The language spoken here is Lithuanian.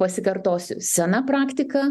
pasikartosiu sena praktika